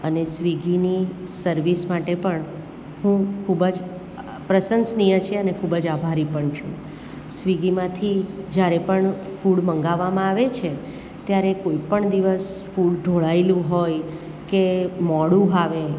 અને સ્વિગીની સર્વિસ માટે પણ હું ખૂબ જ પ્રશંસનીય છે અને ખૂબ જ આભારી પણ છું સ્વિગીમાંથી જ્યારે પણ મંગાવામાં આવે છે ત્યારે કોઈ પણ દિવસ ફૂડ ઢોળાયેલું હોય કે મોડું આવે